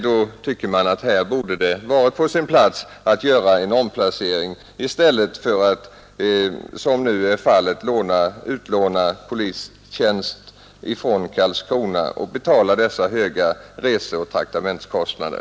Då tycker man att det borde varit på sin plats att göra en omplacering i stället för att som nu är fallet utlåna polistjänst från Karlskrona och betala dessa höga reseoch traktamentskostnader.